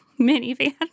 minivan